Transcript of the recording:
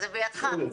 זה בידך.